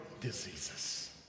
diseases